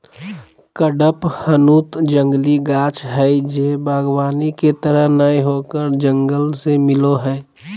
कडपहनुत जंगली गाछ हइ जे वागबानी के तरह नय होकर जंगल से मिलो हइ